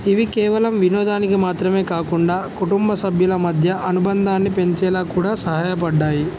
ఇవి కేవలం వినోదానికి మాత్రమే కాకుండా కుటుంబ సభ్యుల మధ్య అనుబంధాన్ని పెంచేలా కూడా సహాయపడ్డాయి